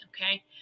Okay